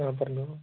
ആ പറഞ്ഞോളൂ